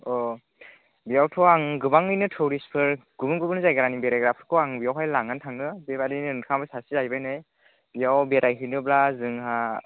अ बेयावथ' आं गोबाङैनो टुरिस्टफोर गुबुन गुबुन जायगानि बेरायग्राफोरखौ आं बेयावहाय लानानै थाङो बेबायदिनो नोंथाङाबो सासे जाहैबाय बेयाव बेरायहैनोब्ला जोंहा